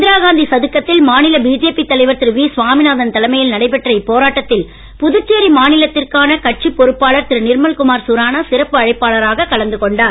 இந்திராகாந்தி சதுக்கத்தில் மாநில பிஜேபி தலைவர் திரு வி சாமிநாதன் தலைமையில் நடைபெற்ற இப்போராட்டத்தில் புதுச்சேரி மாநிலத்திற்கான கட்சி பொறுப்பாளர் திரு நிர்மல் குமார் சுரானா சிறப்பு அழைப்பாளராக கலந்து கொண்டார்